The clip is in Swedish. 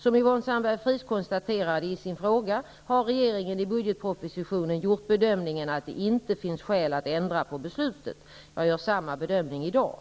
Som Yvonne Sandberg-Fries konstaterar i sin fråga har regeringen i budgetpropositionen gjort bedömningen att det inte finns skäl att ändra på beslutet. Jag gör samma bedömning i dag.